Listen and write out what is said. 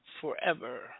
Forever